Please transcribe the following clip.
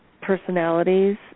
personalities